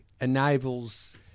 enables